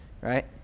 right